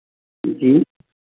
जी